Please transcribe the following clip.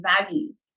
values